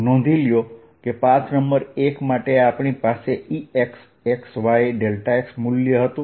નોંધો કે path number 1 માટે આપણી પાસે Exxy x મૂલ્ય હતું